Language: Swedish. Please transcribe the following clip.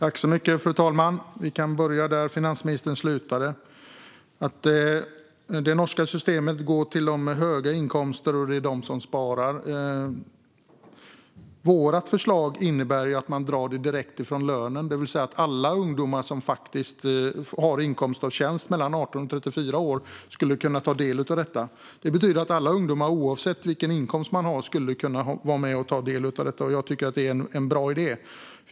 Fru talman! Jag kan börja där finansministern slutade. Hon hävdar att i det norska systemet är det de med höga inkomster som sparar. Vårt förslag innebär att sparandet dras direkt från lönen, det vill säga att alla ungdomar mellan 18 och 34 år som har inkomst av tjänst skulle få ta del av sparandet. Det betyder att alla ungdomar oavsett inkomst skulle kunna vara med och ta del av sparandet. Det är en bra idé.